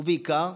ובעיקר,